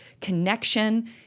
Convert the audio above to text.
connection